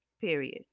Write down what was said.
Period